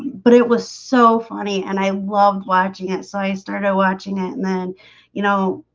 but it was so funny and i loved watching it. so i started watching it and then you know